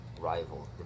rival